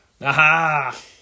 Aha